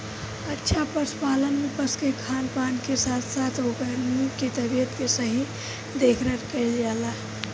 अच्छा पशुपालन में पशु के खान पान के साथ साथ ओकनी के तबियत के सही देखरेख कईल जाला